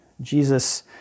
Jesus